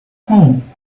home